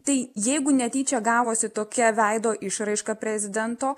tai jeigu netyčia gavosi tokia veido išraiška prezidento